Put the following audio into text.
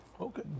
Okay